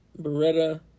Beretta